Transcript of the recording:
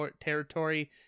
territory